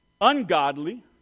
ungodly